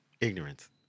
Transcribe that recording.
Ignorance